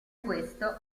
questo